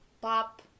Pop